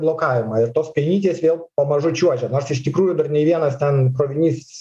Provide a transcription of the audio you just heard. blokavimą ir tos kainikės vėl pamažu čiuožia nors iš tikrųjų dar nei vienas ten krovinys